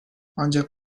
ancak